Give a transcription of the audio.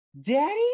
daddy